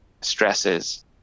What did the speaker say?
stresses